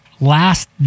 last